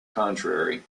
contrary